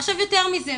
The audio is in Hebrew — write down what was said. עכשיו, יותר מזה.